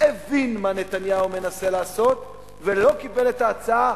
הבין מה נתניהו מנסה לעשות ולא קיבל את ההצעה,